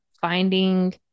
finding